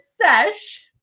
Sesh